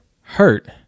hurt